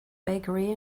bakery